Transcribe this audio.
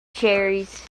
cherries